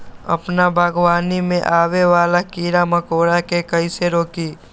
अपना बागवानी में आबे वाला किरा मकोरा के कईसे रोकी?